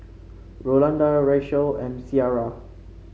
Rolanda Rachelle and Ciara